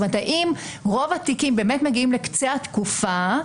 זאת אומרת, האם רוב התיקים מגיעים לקצה התקופה,